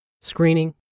screening